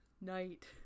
Night